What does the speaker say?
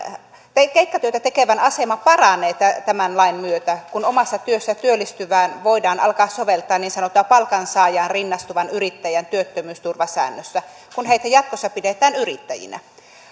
asemasta keikkatyötä tekevän asema paranee tämän lain myötä kun omassa työssä työllistyvään voidaan alkaa soveltaa niin sanottua palkansaajaan rinnastuvan yrittäjän työttömyysturvasäännöstä kun heitä jatkossa pidetään yrittäjinä